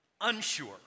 unsure